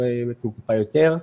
אולי טיפה יותר.